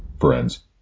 Friends